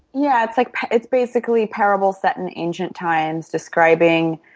yeah, it's like it's basically parable set in ancient times, describing